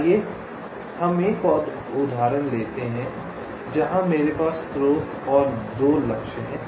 आइए हम एक उदाहरण लेते हैं जहाँ मेरे पास स्रोत है और 2 लक्ष्य हैं